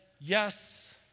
yes